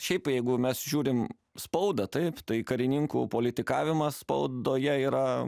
šiaip jeigu mes žiūrim spaudą taip tai karininkų politikavimas spaudoje yra